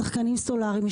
שחקנים סולריים.